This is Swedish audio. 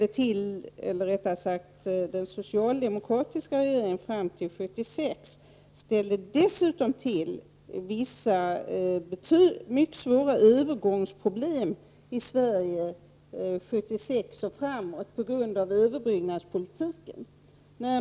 Den socialdemokratiska regeringen som satt vid makten fram till 1976 ställde dessutom till vissa mycket svåra övergångsproblem för Sverige för åren 1976 och framåt på grund av sin överbyggnadspolitik.